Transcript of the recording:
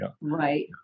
right